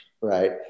right